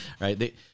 Right